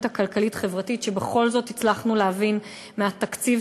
הכלכלית-חברתית שבכל זאת הצלחנו להבין מהתקציב,